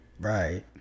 Right